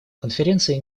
конференция